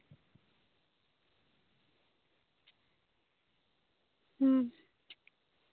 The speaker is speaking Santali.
ᱦᱩᱸ